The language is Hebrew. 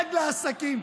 שדואג לעסקים,